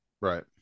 Right